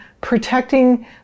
protecting